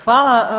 Hvala.